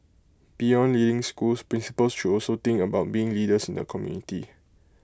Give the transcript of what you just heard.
beyond leading schools principals should also think about being leaders in the community